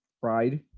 Pride